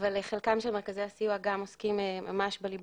אבל חלקם של מרכזי הסיוע ממש עוסקים בליבה